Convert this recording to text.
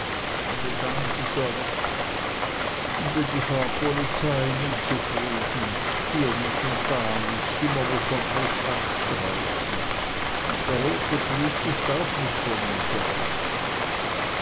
er weg un denn die fahrpolizei nie zufrieden hier nich un da nich immer muß man frisch anstreichen un der rote plüsch is auch nich von umsonst